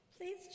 Please